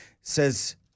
Says –